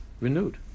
renewed